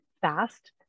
fast